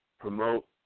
promote